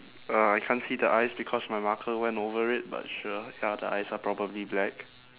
uh I can't see the eyes because my marker went over it but sure ya the eyes are probably black